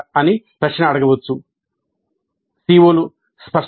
" ఒకవేళ మేము CO లను వ్రాసి వాటిని కొలుస్తున్నాము